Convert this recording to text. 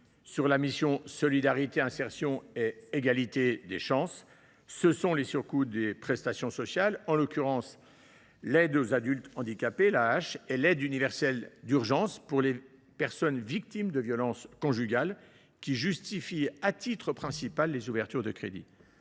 Sur la mission « Solidarité, insertion et égalité des chances », ce sont les surcoûts des prestations sociales, en l’occurrence l’aide aux adultes handicapés AAH et l’aide universelle d’urgence pour les personnes victimes de violences conjugales, qui justifient à titre principal les ouvertures de crédits.